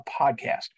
podcast